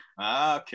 Okay